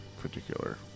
particular